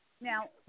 Now